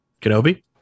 kenobi